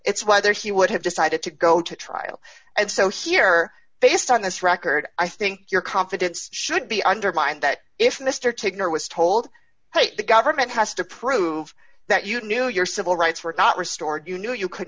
it's whether he would have decided to go to trial and so here based on this record i think your confidence should be undermined that if mr taken or was told the government has to prove that you knew your civil rights were not restored you knew you could